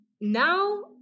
now